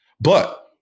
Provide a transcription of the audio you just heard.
But-